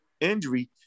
injury